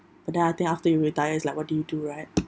but then I think after you retire it's like what do you do right